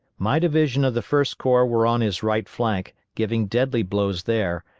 my division of the first corps were on his right flank, giving deadly blows there,